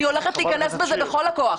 אני הולכת להיכנס בזה בכל הכוח.